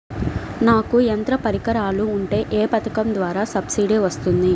నాకు యంత్ర పరికరాలు ఉంటే ఏ పథకం ద్వారా సబ్సిడీ వస్తుంది?